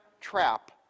trap